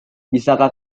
bisakah